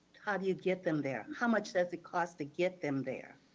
how do you get them there? how much does it cost to get them there?